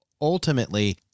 ultimately